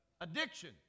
addiction